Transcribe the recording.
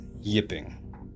yipping